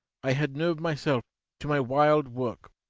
i had nerved myself to my wild work.